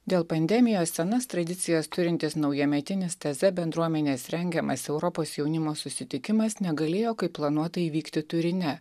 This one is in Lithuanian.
dėl pandemijos senas tradicijas turintis naujametinis teze bendruomenės rengiamas europos jaunimo susitikimas negalėjo kaip planuota įvykti turine